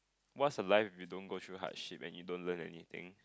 what's a life if you don't go through hardship and you don't learn anything